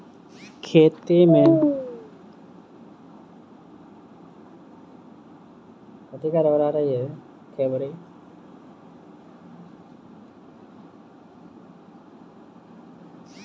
खेती मे रसायन सबहक उपयोगक बनस्पैत जैविक खेती केँ प्रधानता देल जाइ छै